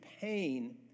pain